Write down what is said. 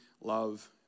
love